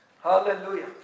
hallelujah